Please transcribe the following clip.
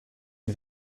une